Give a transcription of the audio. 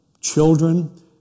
children